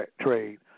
trade